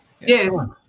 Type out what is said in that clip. Yes